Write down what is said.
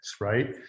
right